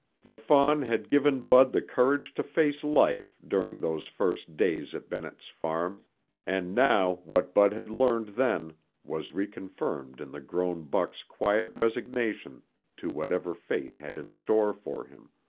the fawn had given bud the courage to face life during those first days at bennett's farm and now what bud had learned then was reconfirmed in the grown buck's quiet resignation to whatever fate had in store for him.